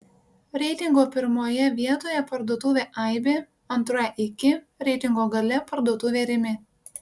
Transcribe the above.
reitingo pirmoje vietoje parduotuvė aibė antroje iki reitingo gale parduotuvė rimi